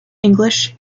english